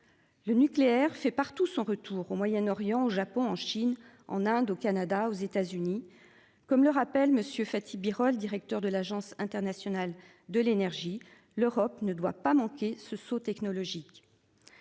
Le nucléaire fait partout son retour au Moyen-Orient au Japon, en Chine, en Inde, au Canada, aux États-Unis, comme le rappelle Monsieur Fathi Birol, directeur de l'Agence internationale de l'énergie, l'Europe ne doit pas manquer ce saut technologique.